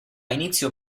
inizio